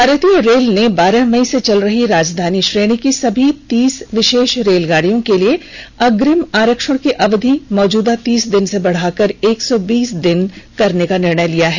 भारतीय रेल ने बारह मई से चल रही राजधानी श्रेणी की सभी तीस विशेष रेलगाडियों के लिए अग्रिम आरक्षण की अवधि मौजूदा तीस दिन से बढ़ाकर एक सौ बीस दिन करने का निर्णय लिया है